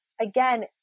again